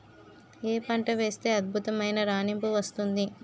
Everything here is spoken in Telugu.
ఏ పంట వేస్తే అద్భుతమైన రాణింపు వస్తుంది?